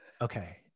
Okay